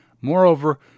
Moreover